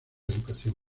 educación